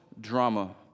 drama